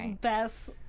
Best